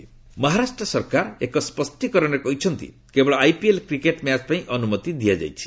IPL Maharashtra ସରକାର ଏକ ସ୍ୱଷ୍ଟୀକରଣରେ କହିଛନ୍ତି କେବଳ ଆଇପିଏଲ୍ କ୍ରିକେଟ୍ ମ୍ୟାଚ୍ ପାଇଁ ଅନୁମତି ଦିଆଯାଇଛି